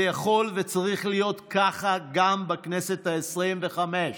זה יכול וצריך להיות ככה גם בכנסת העשרים-וחמש,